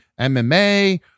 mma